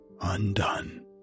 undone